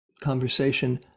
Conversation